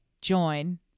join